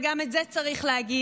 וגם את זה צריך להגיד,